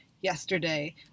yesterday